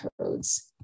Codes